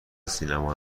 سینما